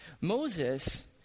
Moses